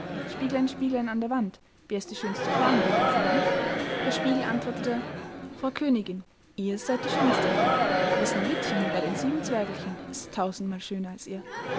spieglein spieglein an der wand wer ist die schönste frau in dem ganzen land der spiegel antwortete frau königin ihr seyd die schönste hier aber sneewittchen bei den sieben zwergelchen ist tausendmal schöner als ihr